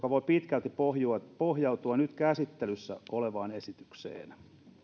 voi pitkälti pohjautua nyt käsittelyssä olevaan esitykseen